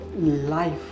life